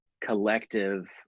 collective